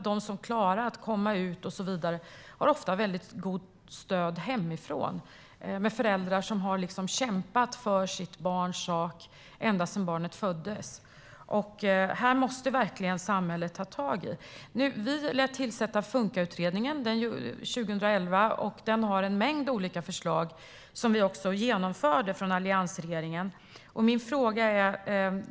De som klarar att komma ut har ofta ett mycket gott stöd hemifrån från föräldrar som har kämpat för sitt barns sak ända sedan barnet föddes. Detta måste samhället verkligen ta tag i. Alliansregeringen tillsatte Funkautredningen 2011 som hade en mängd olika förslag som vi också genomförde.